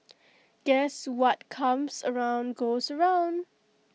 guess what comes around goes around